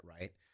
right